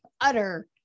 utter